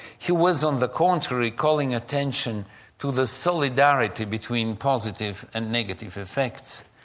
he was on the contrary, calling attention to the solidarity between positive and negative effects.